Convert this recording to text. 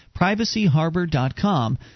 PrivacyHarbor.com